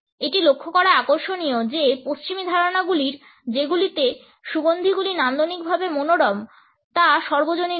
এটি লক্ষ্য করা আকর্ষণীয় যে পশ্চিমী ধারণাগুলির যেগুলিতে সুগন্ধগুলি নান্দনিকভাবে মনোরম তা সর্বজনীন নয়